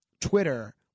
Twitter